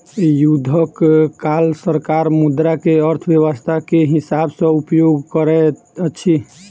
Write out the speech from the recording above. युद्धक काल सरकार मुद्रा के अर्थव्यस्था के हिसाब सॅ उपयोग करैत अछि